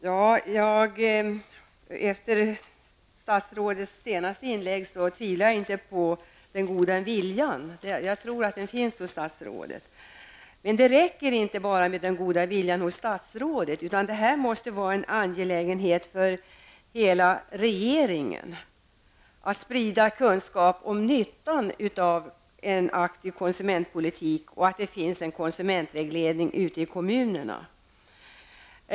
Herr talman! Efter statsrådets senaste inlägg tvivlar jag inte på den goda viljan -- jag tror att den finns hos statsrådet. Men det räcker inte med den goda viljan hos statsrådet -- det måste vara en angelägenhet för hela regeringen att sprida kunskap om nyttan av en aktiv konsumentpolitik och om att det finns en konsumentvägledning ute i kommunerna.